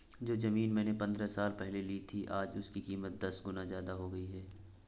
जो जमीन मैंने पंद्रह साल पहले ली थी, आज उसकी कीमत दस गुना जादा हो गई है